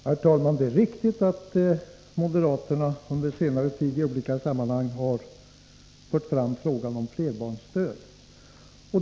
Herr talman! Det är riktigt att moderaterna på senare tid i olika sammanhang har fört fram frågan om flerbarnsstöd.